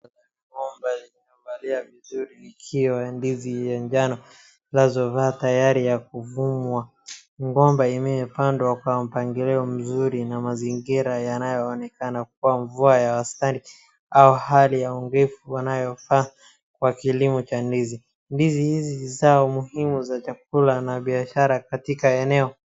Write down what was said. Ng'ombe iliyovalia vizuri ikiwa ya ndizi ya njano ilhali zote tayari ya kuvunwa. Ng'ombe imepandwa kwa mpangilio mzuri na mazingira yanayoonekana kuwa mvua ya wastani au hali ya unyefu inayofaa kwa kilimo cha ndizi. Ndizi hizi ni zao muhimu za chakula na biashara katika eneo.